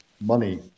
money